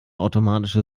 automatische